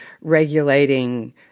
regulating